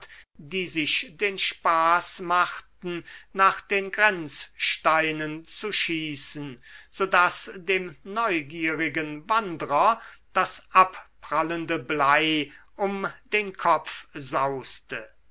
die sich den spaß machten nach den grenzsteinen zu schießen so daß dem neugierigen wandrer das abprallende blei um den kopf sauste